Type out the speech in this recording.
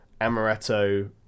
amaretto